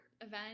event